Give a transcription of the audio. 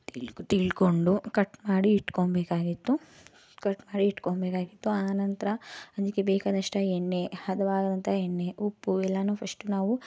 ತಿಳ್ಕೊ ತಿಳ್ಕೊಂಡು ಕಟ್ ಮಾಡಿ ಇಟ್ಕೊಳ್ಬೇಕಾಗಿತ್ತು ಕಟ್ ಮಾಡಿ ಇಟ್ಕೊಳ್ಬೇಕಾಗಿತ್ತು ಆನಂತರ ಅದಕ್ಕೆ ಬೇಕಾದಷ್ಟು ಎಣ್ಣೆ ಹದವಾದಂಥ ಎಣ್ಣೆ ಉಪ್ಪು ಎಲ್ಲನೂ ಫಶ್ಟ್ ನಾವು